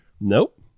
Nope